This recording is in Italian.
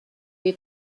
dei